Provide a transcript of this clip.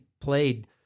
played